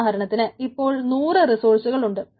ഉദാഹരണത്തിന് ഇപ്പോൾ 100 റിസോഴ്സുകൾ ഉണ്ട്